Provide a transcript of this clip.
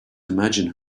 imagine